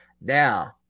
Now